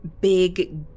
big